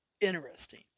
interesting